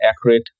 accurate